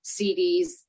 CDs